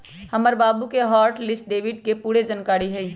हमर बाबु के हॉट लिस्ट डेबिट के पूरे जनकारी हइ